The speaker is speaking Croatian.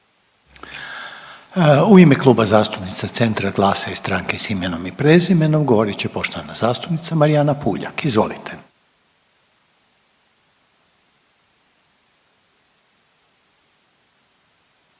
U ime Kluba zastupnica Centra, Glasa i Stranke s imenom i prezimenom, završno će govoriti zastupnica Dalija Orešković, izvolite.